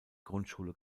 grundschule